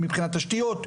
מבחינת תשתיות,